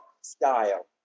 style